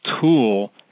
tool